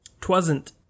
Twasn't